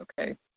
Okay